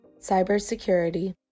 cybersecurity